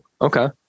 Okay